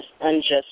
unjust